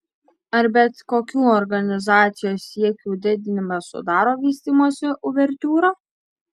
ar bet kokių organizacijos siekių didinimas sudaro vystymosi uvertiūrą